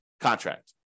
contract